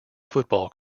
football